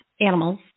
animals